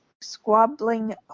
squabbling